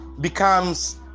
becomes